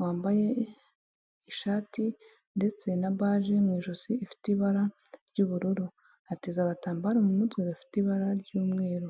wambaye ishati ndetse na baje mu ijosi ifite ibara ry'ubururu, ateze agatambaro mu mutwe gafite ibara ry'umweru.